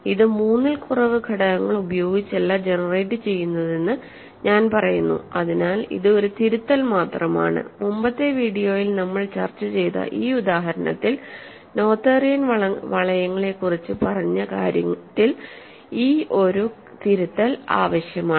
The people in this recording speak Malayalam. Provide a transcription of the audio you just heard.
ഇത് മൂന്നിൽ കുറവ് ഘടകങ്ങൾ ഉപയോഗിച്ചല്ല ജനറേറ്റ് ചെയ്യുന്നതെന്ന് ഞാൻ പറയുന്നു അതിനാൽ ഇത് ഒരു തിരുത്തൽ മാത്രമാണ് മുമ്പത്തെ വീഡിയോയിൽ നമ്മൾ ചർച്ച ചെയ്ത ഈ ഉദാഹരണത്തിൽ നോഥേറിയൻ വളയങ്ങളെക്കുറിച്ച് പറഞ്ഞ കാര്യത്തിൽ ഈ ഒരു തിരുത്തൽ ആവശ്യമാണ്